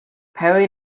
perry